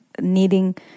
needing